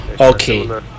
Okay